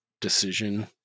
decision